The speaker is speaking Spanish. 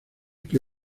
que